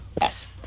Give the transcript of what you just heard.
Yes